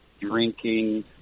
drinking